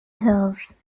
hills